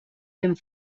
vent